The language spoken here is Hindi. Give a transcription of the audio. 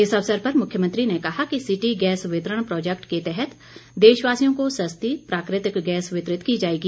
इस अवसर पर मुख्यमंत्री ने कहा कि सिटी गैस वितरण प्रोजैक्ट के तहत देशवासियों को सस्ती प्राकृतिक गैस वितरित की जाएगी